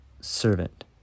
servant